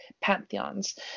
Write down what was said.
pantheons